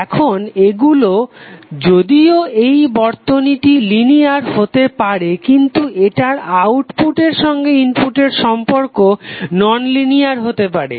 এখন এগুলো যদিও এই বর্তনীটি লিনিয়ার হতে পারে কিন্তু এটার আউটপুট এর সঙ্গে ইনপুটের সম্পর্ক ননলিনিয়ার হতে পারে